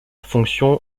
fonction